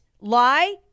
lie